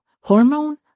Hormone